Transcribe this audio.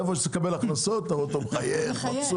איפה שצריך לקבל הכנסות אתה רואה אותו מחייך ומבסוט.